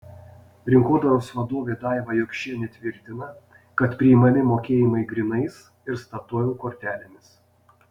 rinkodaros vadovė daiva jokšienė tvirtina kad priimami mokėjimai grynais ir statoil kortelėmis